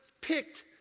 picked